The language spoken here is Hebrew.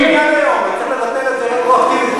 צריך לבטל את זה רטרואקטיבית.